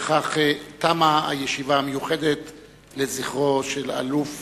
בכך תמה הישיבה המיוחדת לזכרו של אלוף